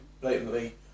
blatantly